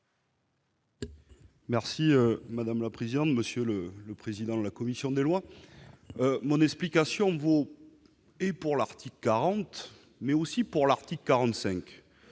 vote. Madame la présidente, monsieur le président de la commission des lois, mon explication vaut pour l'article 40, mais aussi pour l'article 45